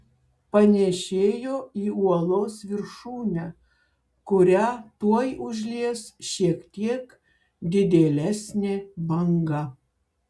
panėšėjo į uolos viršūnę kurią tuoj užlies šiek tiek didėlesnė banga